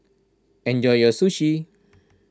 enjoy your Sushi